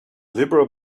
liberal